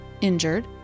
injured